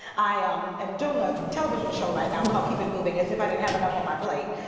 i am um doing a television show right now called keep it moving. as if i didn't have enough on my plate.